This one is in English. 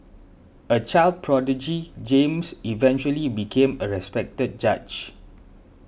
a child prodigy James eventually became a respected judge